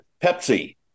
pepsi